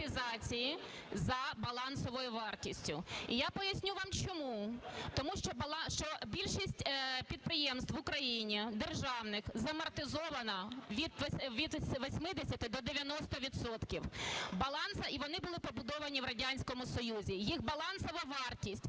за балансовою вартістю. І я поясню вам, чому. Тому що більшість підприємств в Україні державних замортизована від 80 до 90 відсотків. І вони були побудовані в Радянському Союзі. Їх балансова вартість